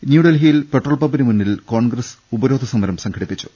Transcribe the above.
ന്യൂഡൽഹിയിൽ പെട്രോൾ പമ്പിനുമുന്നിൽ കോൺഗ്രസ് ഉപരോധസമർം സംഘടിപ്പിച്ചു